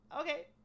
Okay